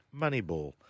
Moneyball